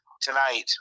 tonight